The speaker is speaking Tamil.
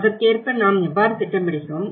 அதற்கேற்ப நாம் எவ்வாறு திட்டமிடுகிறோம்